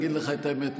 אגיד לך את האמת,